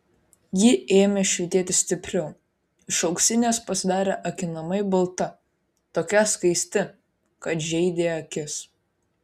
ji ėmė švytėti stipriau iš auksinės pasidarė akinamai balta tokia skaisti kad žeidė akis